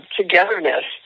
togetherness